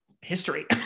history